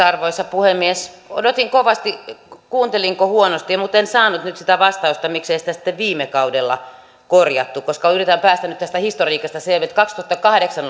arvoisa puhemies odotin kovasti kuuntelinko huonosti mutta en saanut nyt sitä vastausta miksei sitä sitten viime kaudella korjattu koska yritän päästä nyt tästä historiikista selville kaksituhattakahdeksan